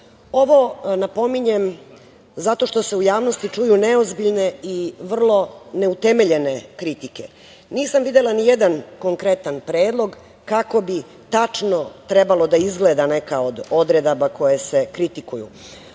napominjem zato što se u javnosti čuju neozbiljne i vrlo neutemeljene kritike. Nisam videla ni jedan konkretan predlog kako bi tačno trebalo da izgleda neka od odredaba koje se kritikuju. Ovde